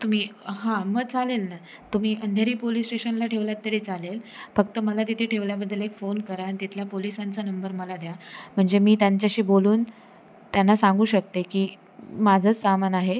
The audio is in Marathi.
तुम्ही हां मग चालेल ना तुम्ही अंधेरी पोलीस स्टेशनला ठेवलंत तरी चालेल फक्त मला तिथे ठेवल्याबद्दल एक फोन करा आणि तिथल्या पोलिसांचा नंबर मला द्या म्हणजे मी त्यांच्याशी बोलून त्यांना सांगू शकते की माझंच सामान आहे